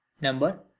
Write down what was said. number